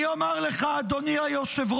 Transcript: אני אומר לך, אדוני היושב-ראש,